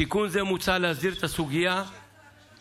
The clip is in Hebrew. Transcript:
בתיקון זה מוצע להסדיר את הסוגיה מבחינה